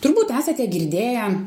turbūt esate girdėję